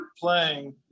playing